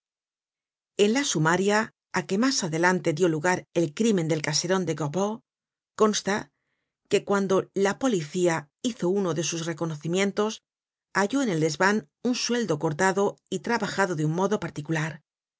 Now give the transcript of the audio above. en la sumaria á que mas adelante dió lugar el crimen del caseron de gorbeau consta que cuando la policía hizo uno de sus reconocimientos halló en el desvan un sueldo cortado y trabajado de un modo particular